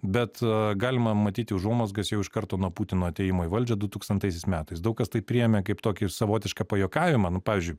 bet galima matyti užuomazgas jau iš karto nuo putino atėjimo į valdžią dutūkstantaisiais metais daug kas tai priėmė kaip tokį ir savotišką pajuokavimą nu pavyzdžiui